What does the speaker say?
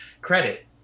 credit